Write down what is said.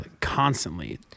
constantly